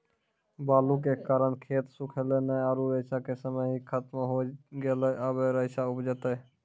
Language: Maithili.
बालू के कारण खेत सुखले नेय आरु रेचा के समय ही खत्म होय गेलै, अबे रेचा उपजते?